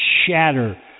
shatter